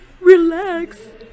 Relax